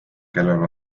kellel